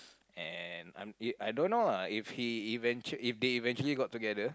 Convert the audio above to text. and I'm I don't know lah if he event~ if they eventually got together